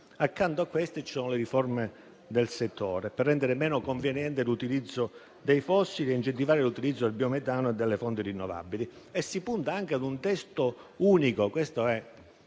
Accanto a questo ci sono le riforme del settore, per rendere meno conveniente l'utilizzo dei fossili e incentivare l'utilizzo del biometano e delle fonti rinnovabili. Si punta anche ad un testo unico - questo è